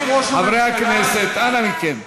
חברי הכנסת, אנא מכם.